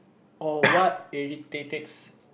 oh what irritate ticks